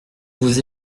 vous